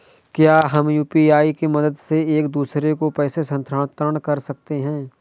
क्या हम यू.पी.आई की मदद से एक दूसरे को पैसे स्थानांतरण कर सकते हैं?